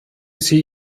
sie